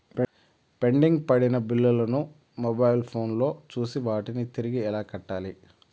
pending పడిన బిల్లులు ను మొబైల్ ఫోను లో చూసి వాటిని తిరిగి ఎలా కట్టాలి